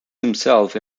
himself